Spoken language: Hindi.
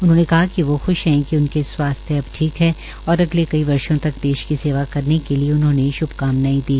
उन्होंने कहा कि वोह ख्श है उने स्वास्थ्य अब ठीक है और अगले कई वर्षो तक देश की सेवा करने के लिए उन्होंने श्रभकामनांए दी